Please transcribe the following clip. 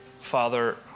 Father